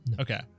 Okay